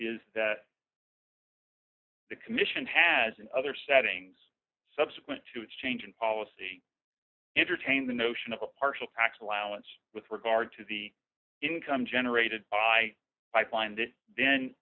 is that the commission has in other settings subsequent to a change in policy entertain the notion of a partial tax allowance with regard to the income generated by pipeline this then